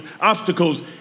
obstacles